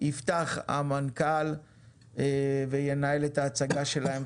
יפתח המנכ"ל ינהל את ההצגה שלהם,